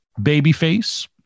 babyface